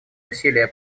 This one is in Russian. усилия